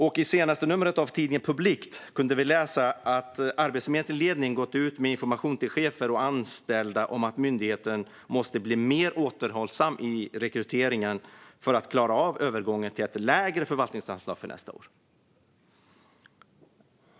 I senaste numret av tidningen Publikt kunde vi läsa att Arbetsförmedlingens ledning har gått ut med information till chefer och anställda om att myndigheten måste bli mer återhållsam i rekryteringen för att klara av övergången till ett lägre förvaltningsanslag för nästa år.